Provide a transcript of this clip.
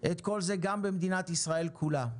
את כל זה גם במדינת ישראל כולה.